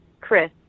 Chris